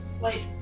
Wait